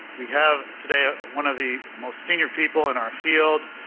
we have today one of the most senior people in our field,